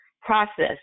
process